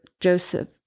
Joseph